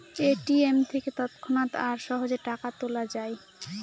ATM থেকে তৎক্ষণাৎ আর সহজে টাকা তোলা যায়